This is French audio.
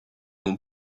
ont